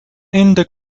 ende